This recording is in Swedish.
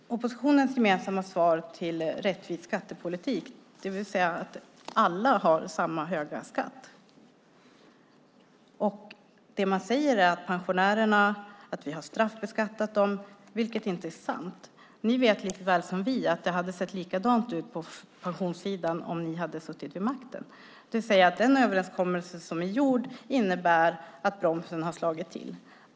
Fru talman! Oppositionens gemensamma svar om rättvis skattepolitik är att alla har samma höga skatt. Man säger att vi har straffbeskattat pensionärerna, vilket inte är sant. Ni vet lika väl som vi att det hade sett likadant ut på pensionssidan om ni hade suttit vid makten, det vill säga att den överenskommelse som är gjord innebär att bromsen har slagit till.